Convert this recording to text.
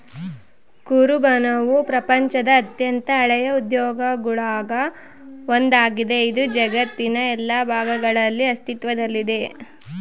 ಕುರುಬನವು ಪ್ರಪಂಚದ ಅತ್ಯಂತ ಹಳೆಯ ಉದ್ಯೋಗಗುಳಾಗ ಒಂದಾಗಿದೆ, ಇದು ಜಗತ್ತಿನ ಎಲ್ಲಾ ಭಾಗಗಳಲ್ಲಿ ಅಸ್ತಿತ್ವದಲ್ಲಿದೆ